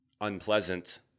unpleasant